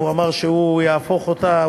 אמר שהוא יהפוך אותה,